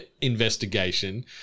investigation